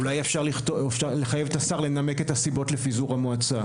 אולי אפשר לחייב את השר לנמק את הסיבות לפיזור המועצה.